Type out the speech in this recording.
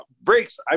breaks